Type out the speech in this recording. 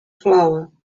flower